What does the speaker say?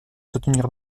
soutenir